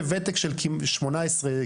וותק של שמונה עשרה,